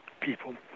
people